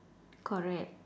correct